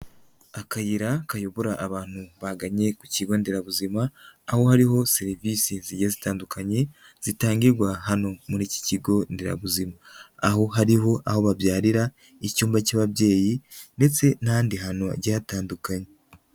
Akayira kayobora abantu bagannye ku kigo nderabuzima, aho hariho serivise zigiye zitandukanye, zitangirwa hano muri iki kigo nderabuzima. Aho hariho aho babyarira, icyumba cy'ababyeyi, ndetse n'adi hantu hagiye hatandukanye.